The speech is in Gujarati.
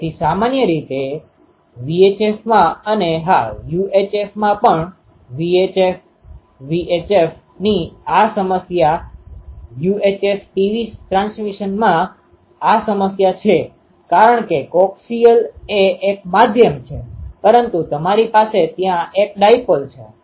તેથી સામાન્ય રીતે VHFમાં અને હા UHF માં પણ VHF VHF ની આ સમસ્યા UHF ટીવી ટ્રાન્સમિશનમાં આ સમસ્યા છે કારણ કે કોક્સિયલ એ એક માધ્યમ છે પરંતુ તમારી પાસે ત્યાં એક ડાઇપોલ છે